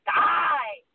die